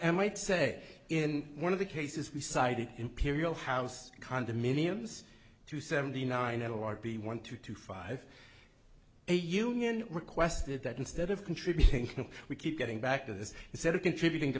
and might say in one of the cases we cited imperial house condominiums to seventy nine a large b one two two five a union requested that instead of contributing can we keep getting back to this instead of contributing to